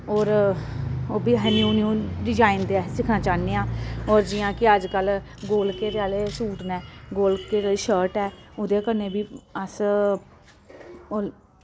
होर ओह् बी अस न्यू न्यू डिजाइन दे अस सिक्खना चाह्ने आं होर जि'यां कि अजकल्ल गोल घेरे आह्ले सूट न गोल घेरे शर्ट ऐ उ'दे कन्नै बी अस होर